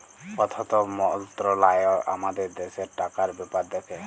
অথ্থ মলত্রলালয় আমাদের দ্যাশের টাকার ব্যাপার দ্যাখে